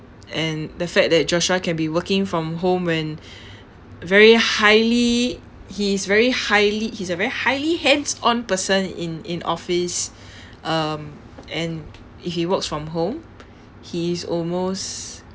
and the fact that joshua can be working from home when very highly he is very highly he is a very highly hands-on person in in office um and if he works from home he is almost